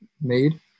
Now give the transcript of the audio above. made